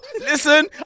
listen